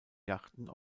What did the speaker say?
yachten